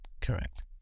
Correct